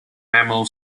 mammal